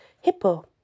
Hippo